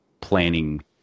planning